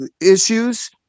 issues